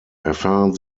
erfahren